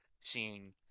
seeing